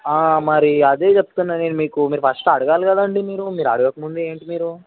మరి అదే చెప్తున్నాను నేను మీకు మీరు ఫస్ట్ అడగాలి కదండి మీరు మీరు అడగక ముందే ఏంటి మీరు